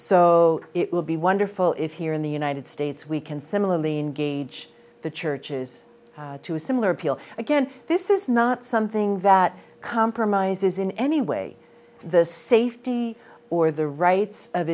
so it will be wonderful if here in the united states we can similarly engage the churches to a similar appeal again this is not something that compromises in any way the safety or the rights of